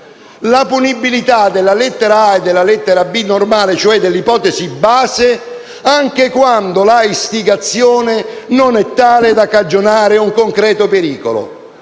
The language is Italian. la punibilità delle lettere *a)* e *b)* normale, cioè dell'ipotesi base, anche quando l'istigazione non è tale da cagionare un concreto pericolo?